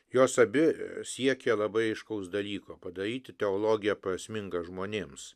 jos abi siekė labai aiškaus dalyko padaryti teologiją prasmingą žmonėms